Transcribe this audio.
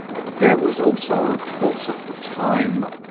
there was also of course at the time,